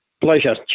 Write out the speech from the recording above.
Pleasure